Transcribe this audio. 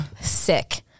sick